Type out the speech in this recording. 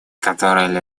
которая